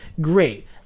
great